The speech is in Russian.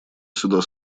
сюда